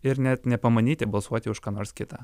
ir net nepamanyti balsuoti už ką nors kitą